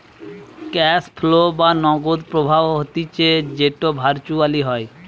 cash flow বা নগদ প্রবাহ হতিছে যেটো ভার্চুয়ালি হয়